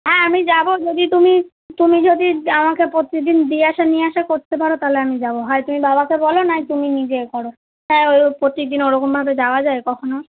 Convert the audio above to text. হ্যাঁ আমি যাবো যদি তুমি তুমি যদি আমাকে প্রত্যেক দিন দিই আসা নিই আসা করতে পারো তাহলে আমি যাবো হয় তুমি বাবাকে বলো নয় তুমি নিজে এ করো হ্যাঁ ওই ও প্রত্যেক দিন ওরকমভাবে যাওয়া যায় কখনো